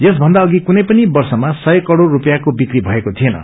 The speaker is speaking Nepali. यसभन्दा अघि कुनै पनि वप्रमा सय करोड़ रूपियाँको विक्री भएको थिएन